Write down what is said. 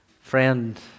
Friend